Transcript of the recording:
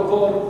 לפרוטוקול,